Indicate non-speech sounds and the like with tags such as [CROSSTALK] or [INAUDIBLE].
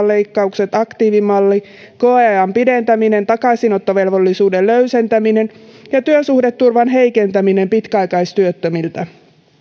[UNINTELLIGIBLE] leikkaukset aktiivimalli koeajan pidentäminen takaisinottovelvollisuuden löysentäminen ja työsuhdeturvan heikentäminen pitkäaikaistyöttömiltä